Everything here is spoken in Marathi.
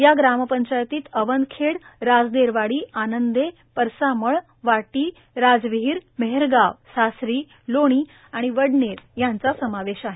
या ग्रामपंचायतीत अवनखेड राजदेरवाडी आनंदे परसामळ वाटी राजविहीर मेहेरगाव सासरी लोणी आणि वडनेर यांचा समावेश आहे